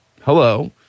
hello